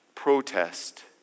protest